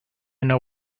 know